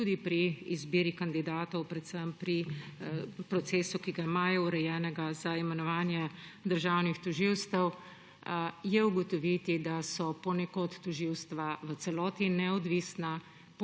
tudi pri izbiri kandidatov predvsem procesu, ki ga imajo urejenega za imenovanje državnih tožilstev – je ugotoviti, da so ponekod tožilstva v celoti neodvisna,